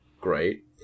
great